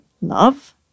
love